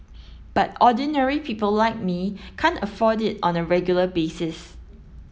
but ordinary people like me can't afford it on a regular basis